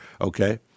okay